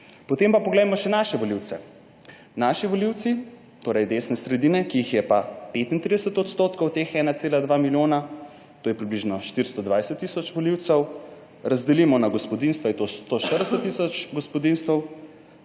Potem pa poglejmo še naše volivce. Naši volivci, torej desne sredine, ki jih je pa 35 % teh 1,2 milijona, to je približno 420 tisoč volivcev, razdelimo na gospodinjstva, je to 140 tisoč gospodinjstev,